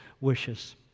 wishes